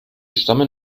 stammen